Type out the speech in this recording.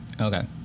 Okay